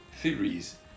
theories